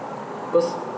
cause